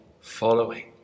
following